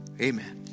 amen